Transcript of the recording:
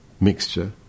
mixture